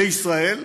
בישראל,